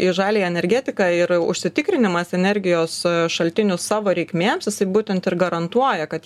į žaliąją energetiką ir užsitikrinimas energijos šaltinių savo reikmėms būtent ir garantuoja kad